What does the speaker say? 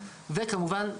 וכמובן,